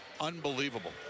Unbelievable